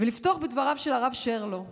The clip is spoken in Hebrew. לפתוח בדבריו של הרב שרלו ששאל: